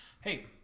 hey